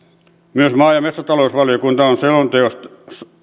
myös maa ja metsätalousvaliokunta on selonteosta